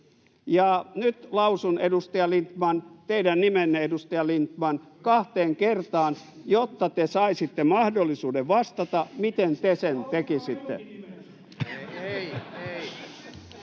Lindtman, teidän nimenne, edustaja Lindtman, kahteen kertaan, jotta te saisitte mahdollisuuden vastata, miten te sen tekisitte.